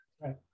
Right